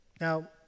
Now